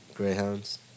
Greyhounds